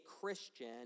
Christian